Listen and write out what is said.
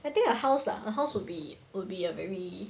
I think a house lah a house would be would be a very